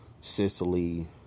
Sicily